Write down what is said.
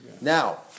Now